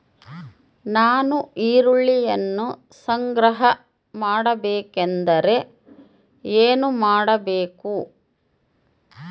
ನಾನು ಈರುಳ್ಳಿಯನ್ನು ಸಂಗ್ರಹ ಮಾಡಬೇಕೆಂದರೆ ಏನು ಮಾಡಬೇಕು?